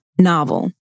novel